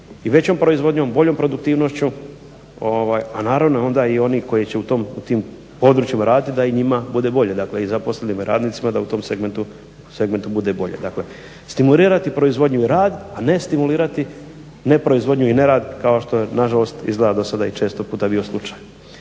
i većom proizvodnjom, boljom produktivnošću, a naravno onda i oni koji će u tim područjima raditi da i njima bude bolje, dakle i zaposlenima i radnicima, da u tom segmentu bude bolje. Dakle stimulirati proizvodnju i rad, a ne stimulirati neproizvodnju i nerad kao što je nažalost izgleda do sada i često puta bio slučaj.